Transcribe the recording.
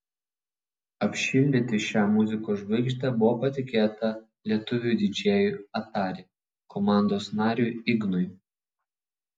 apšildyti šią muzikos žvaigždę buvo patikėta lietuviui didžėjui atari komandos nariui ignui